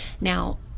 Now